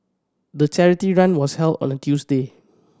the charity run was held on a Tuesday